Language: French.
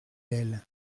d’elle